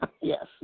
Yes